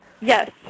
yes